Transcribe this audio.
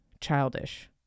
childish